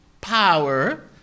power